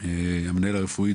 המנהל הרפואי,